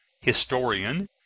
historian